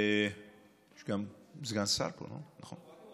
יש גם סגן שר פה, לא?